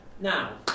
Now